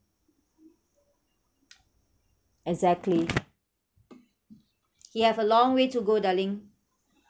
exactly he have a long way to go darling